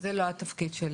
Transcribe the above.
זה לא התפקיד שלי.